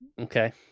Okay